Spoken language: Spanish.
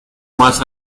más